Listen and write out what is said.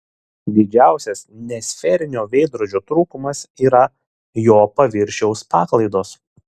didžiausias nesferinio veidrodžio trūkumas yra jo paviršiaus paklaidos